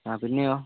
ആ പിന്നെയോ